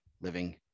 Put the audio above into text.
living